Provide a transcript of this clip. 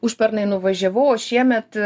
užpernai nuvažiavau o šiemet